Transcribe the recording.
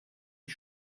ich